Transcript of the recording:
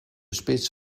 spits